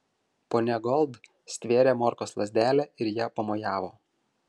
ponia gold stvėrė morkos lazdelę ir ja pamojavo